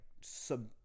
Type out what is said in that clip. Sub